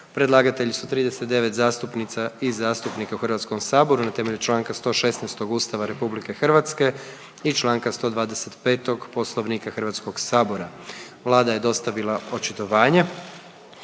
Predlagatelji su 39 zastupnica i zastupnica u Hrvatskom saboru, na temelju čl. 116. Ustava Republike Hrvatske i čl. 125. Poslovnika Hrvatskog sabora. Vlada je dostavila očitovanje.